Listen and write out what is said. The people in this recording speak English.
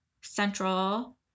Central